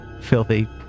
filthy